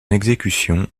exécution